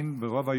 תודה.